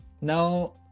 Now